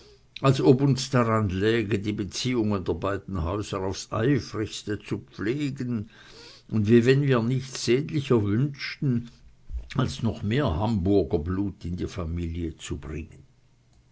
als ob uns daran läge die beziehungen der beiden häuser aufs eifrigste zu pflegen und wie wenn wir nichts sehnlicher wünschten als noch mehr hamburger blut in die familie zu bringen